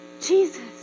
Jesus